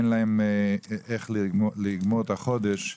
אין להם איך לגמור את החודש,